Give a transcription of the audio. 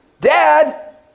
Dad